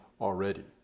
already